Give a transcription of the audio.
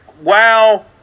wow